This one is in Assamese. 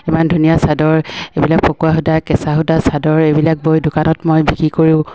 ইমান ধুনীয়া চাদৰ এইবিলাক পকুৱা সূতা কেঁচা সূতা চাদৰ এইবিলাক বৈ দোকানত মই বিক্ৰী কৰোঁ